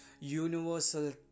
universal